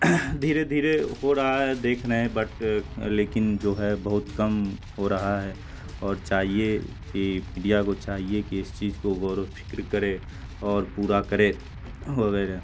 دھیرے دھیرے ہو رہا ہے دیکھ رہے ہیں بٹ لیکن جو ہے بہت کم ہو رہا ہے اور چاہیے کہ میڈیا کو چاہیے کہ اس چیز کو غور و فکر کرے اور پورا کرے وغیرہ